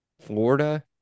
Florida